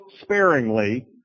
sparingly